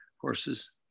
courses